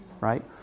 Right